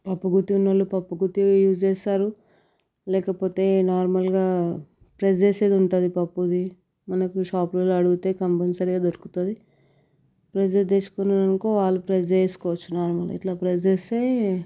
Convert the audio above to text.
పప్పుగుత్తి ఉన్నవాళ్ళు పప్పుగుత్తి యూజ్ చేస్తారు లేకపోతే నార్మల్గా ప్రెస్ చేసేది ఉంటుంది పప్పుది మనకు షాపుల్లో అడిగితే కంపల్సరీగా దొరుకుతుంది ప్రెస్ది తీసుకున్నాను అనుకో వాళ్ళు ప్రెజ్ చేసుకోవచ్చు నార్మల్గా ఇట్లా ప్రెస్ చేస్తే